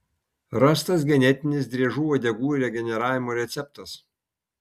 rastas genetinis driežų uodegų regeneravimo receptas